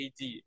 AD